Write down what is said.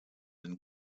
been